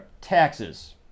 taxes